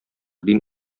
дин